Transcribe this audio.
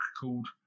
called